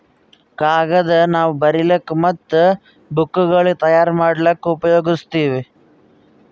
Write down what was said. ಕಾಗದ್ ನಾವ್ ಬರಿಲಿಕ್ ಮತ್ತ್ ಬುಕ್ಗೋಳ್ ತಯಾರ್ ಮಾಡ್ಲಾಕ್ಕ್ ಉಪಯೋಗಸ್ತೀವ್